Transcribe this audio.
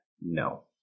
No